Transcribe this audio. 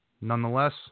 Nonetheless